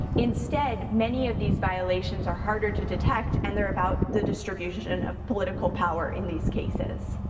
instead, many of these violations are harder to detect, and they're about the distribution of political power in these cases.